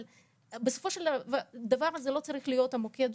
אבל בסופו של דבר המוקד לא צריך להיות שם.